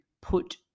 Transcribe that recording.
put